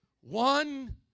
One